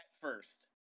first